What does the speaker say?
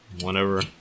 whenever